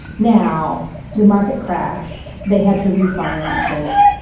now the market crashed. they had to refinance it.